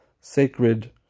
sacred